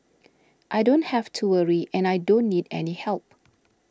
I don't have to worry and I don't need any help